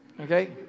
okay